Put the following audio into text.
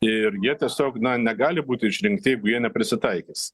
ir jie tiesiog na negali būti išrinkti jeigu jie neprisitaikys